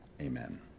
amen